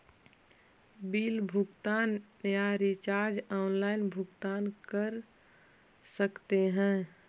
Bill भुगतान या recharge online भुगतान कर सकते हैं?